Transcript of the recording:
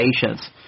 patients